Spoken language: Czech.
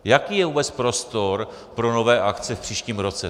Jaký je vůbec prostor pro nové akce v příštím roce?